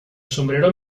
sombrero